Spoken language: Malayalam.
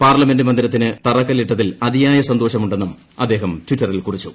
പാർലമെന്റ് മന്ദിരത്തിന് തറക്കല്ലിട്ടതിൽ അതിയായ സന്തോഷമുണ്ടെന്നും അദ്ദേഹം ട്വിറ്ററിൽ കുറിച്ചു